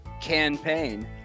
campaign